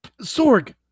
Sorg